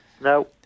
No